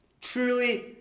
truly